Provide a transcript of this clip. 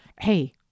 Hey